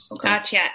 Gotcha